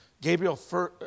Gabriel